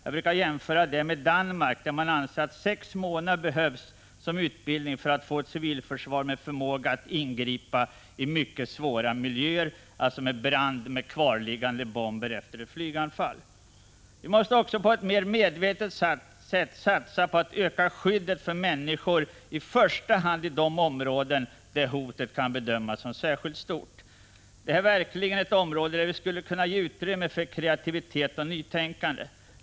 Jag kan jämföra det med Danmark, där man anser att sex månaders utbildning behövs för att man skall få ett civilförsvar med förmåga att ingripa i mycket svåra miljöer med exempelvis brand eller kvarliggande bomber efter ett flyganfall. Vi måste också mer medvetet satsa på att öka skyddet för människor, i första hand i de delar av landet där hotet kan betecknas som särskilt stort. Detta är verkligen ett ämnesområde där vi skulle kunna ge utrymme för kreativitet och nytänkande.